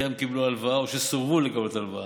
וטרם קיבלו הלוואה או שסורבו מלקבל הלוואה.